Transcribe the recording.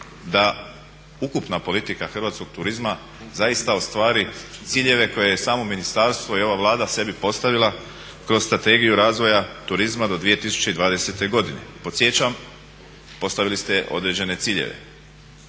da ukupna politika hrvatskog turizma zaista ostvari ciljeve koje je samo ministarstvo i ova Vlada sebi postavila kroz strategiju razvoja turizma do 2020.godine. Podsjećam postavili ste određene ciljeve,